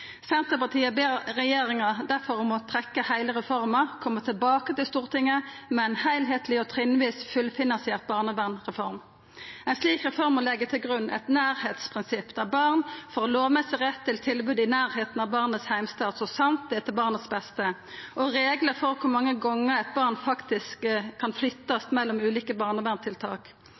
Senterpartiet ber regjeringa difor om å trekkja heile reforma, koma tilbake til Stortinget med ei heilskapleg og trinnvis fullfinansiert barnevernsreform. Ei slik reform må leggja til grunn eit nærleiksprinsipp, der barn får lovmessig rett til tilbod i nærleiken av heimstaden sin så sant det er til barnets beste, og reglar for kor mange gonger eit barn faktisk kan flyttast mellom ulike barnevernstiltak.